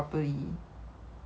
but like maybe now